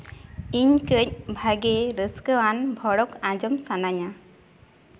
ᱤᱧ ᱠᱟᱹᱪ ᱵᱷᱟᱜᱮ ᱨᱟᱹᱥᱠᱟᱹᱣᱟᱱ ᱵᱷᱚᱲᱚᱠ ᱟᱸᱡᱚᱢ ᱥᱟᱱᱟᱧᱟ